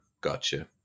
Gotcha